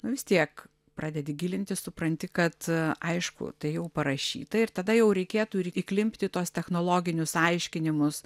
nu vis tiek pradedi gilintis supranti kad aišku tai jau parašyta ir tada jau reikėtų ir įklimpti į tuos technologinius aiškinimus